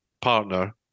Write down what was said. partner